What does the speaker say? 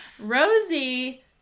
Rosie